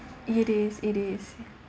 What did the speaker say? it is it is ya